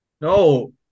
No